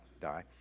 die